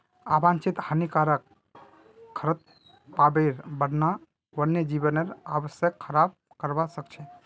आवांछित हानिकारक खरपतवारेर बढ़ना वन्यजीवेर आवासक खराब करवा सख छ